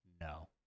no